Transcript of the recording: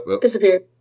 Disappeared